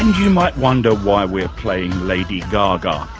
you might wonder why we're playing lady gaga.